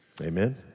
Amen